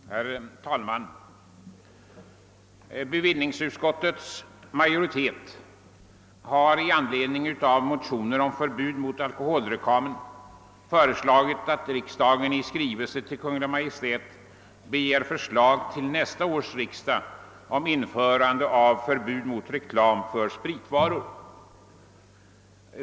Herr talman! = Bevillningsutskottets majoritet har, i anledning av motioner om förbud mot alkoholreklamen, föreslagit att riksdagen i skrivelse till Kungl. Maj:t begär förslag till nästa års riksdag om införande av förbud mot reklam för spritvaror.